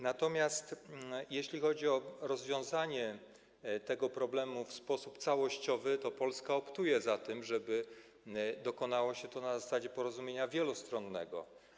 Natomiast jeśli chodzi o rozwiązanie tego problemu w sposób całościowy, to Polska optuje za tym, żeby dokonało się to na zasadzie porozumienia wielostronnego.